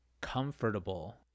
comfortable